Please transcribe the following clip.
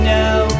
now